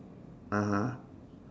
(uh huh)